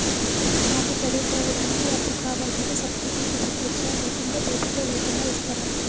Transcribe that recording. నాకు చదువుకోవడానికి అప్పు కావాలంటే సర్టిఫికెట్లు పెట్టొచ్చా లేకుంటే పేపర్లు లేకుండా ఇస్తరా?